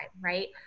right